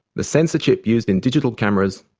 the sensor chip used in digital cameras,